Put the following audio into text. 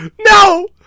No